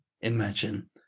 Imagine